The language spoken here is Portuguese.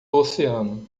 oceano